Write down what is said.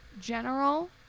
general